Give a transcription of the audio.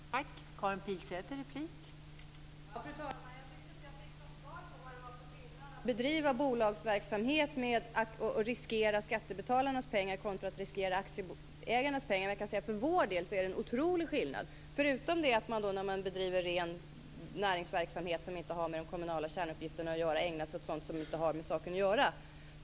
Fru talman! Jag tyckte inte att jag fick något svar på vad det är för skillnad mellan att bedriva bolagsverksamhet och riskera skattebetalarnas pengar kontra att riskera aktieägarnas pengar. För vår del är det en oerhört stor skillnad. Man kan bedriva ren näringsverksamhet som inte har med de kommunala kärnuppgifterna att göra.